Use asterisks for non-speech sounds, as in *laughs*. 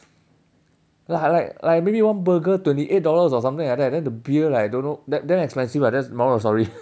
ya like like mini one burger twenty eight dollars or something like that then the beer like I don't know da~ damn expensive that's the moral of the story *laughs*